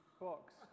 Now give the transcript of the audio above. box